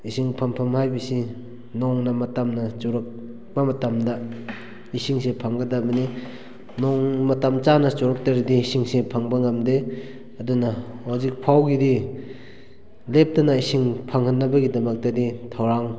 ꯏꯁꯤꯡ ꯐꯪꯐꯝ ꯍꯥꯏꯕꯁꯤ ꯅꯣꯡꯅ ꯃꯇꯝꯅ ꯆꯨꯔꯛꯄ ꯃꯇꯝꯗ ꯏꯁꯤꯡꯁꯦ ꯐꯪꯒꯗꯕꯅꯤ ꯅꯣꯡ ꯃꯇꯝ ꯆꯥꯅ ꯆꯨꯔꯛꯇ꯭ꯔꯗꯤ ꯏꯁꯤꯡꯁꯦ ꯐꯪꯕ ꯉꯝꯗꯦ ꯑꯗꯨꯅ ꯍꯧꯖꯤꯛ ꯐꯥꯎꯕꯒꯤꯗꯤ ꯂꯦꯞꯇꯅ ꯏꯁꯤꯡ ꯐꯪꯍꯟꯅꯕꯒꯤ ꯗꯃꯛꯇꯗꯤ ꯊꯧꯔꯥꯡ